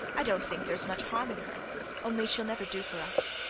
i don't think there's much harm in her only she'll never do for us.